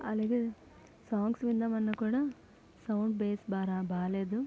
అలాగే సాంగ్స్ విందాం అన్న కూడా సౌండ్ బేస్ బార బాగలేదు